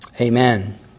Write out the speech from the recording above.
Amen